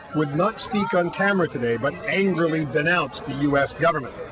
would not speak on camera today, but angrily denounced the us government.